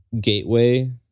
gateway